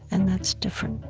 and that's different.